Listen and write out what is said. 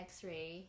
X-ray